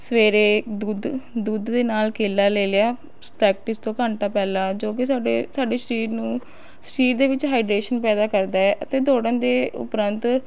ਸਵੇਰੇ ਦੁੱਧ ਦੁੱਧ ਦੇ ਨਾਲ ਕੇਲਾ ਲੈ ਲਿਆ ਪ੍ਰੈਕਟਿਸ ਤੋਂ ਘੰਟਾ ਪਹਿਲਾਂ ਜੋ ਕਿ ਸਾਡੇ ਸਾਡੇ ਸਰੀਰ ਨੂੰ ਸਰੀਰ ਦੇ ਵਿੱਚ ਹਾਈਡ੍ਰੇਸ਼ਨ ਪੈਦਾ ਕਰਦਾ ਹੈ ਅਤੇ ਦੋੜਣ ਦੇ ਉਪਰੰਤ